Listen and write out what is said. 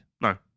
No